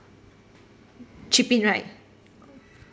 chip in right